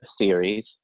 series